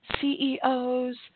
CEOs